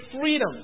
freedom